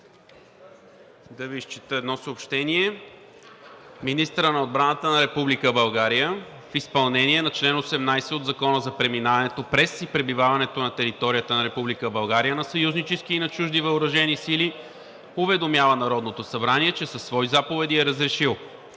да Ви изчета едно съобщение: Министърът на отбраната на Република България в изпълнение на чл. 18 от Закона за преминаването през и пребиваването на територията на Република България на съюзнически и на чужди въоръжени сили уведомява Народното събрание, че със свои заповеди е разрешил: